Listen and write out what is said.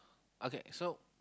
okay so